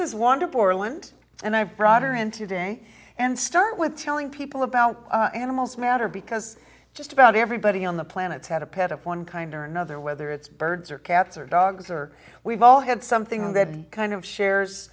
borland and i brought her in today and start with telling people about animals matter because just about everybody on the planet's had a pet of one kind or another whether it's birds or cats or dogs or we've all had something that kind of shares